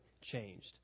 changed